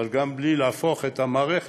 אבל גם בלי להפוך את המערכת,